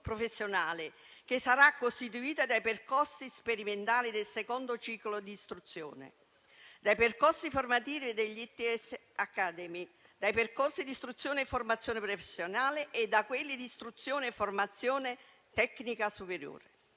che sarà costituita dai percorsi sperimentali del secondo ciclo di istruzione, dai percorsi formativi degli ITS Academy, dai percorsi di istruzione e formazione professionale e da quelli di istruzione e formazione tecnica superiore.